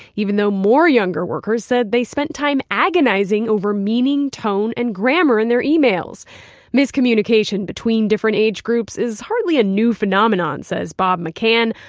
even though more younger workers said they spent time agonizing over meaning, tone and grammar in their emails miscommunication between different age groups is hardly a new phenomenon, said bob mccann,